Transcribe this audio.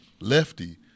Lefty